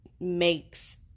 makes